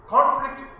Conflict